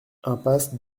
impasse